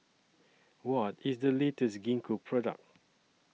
What IS The latest Gingko Product